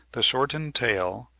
the shortened tail,